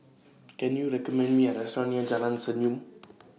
Can YOU recommend Me A Restaurant near Jalan Senyum